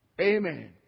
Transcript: Amen